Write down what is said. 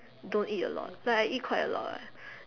don't eat a lot like I eat quite eat a lot lah